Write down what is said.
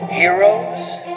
Heroes